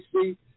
see